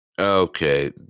Okay